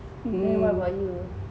hmm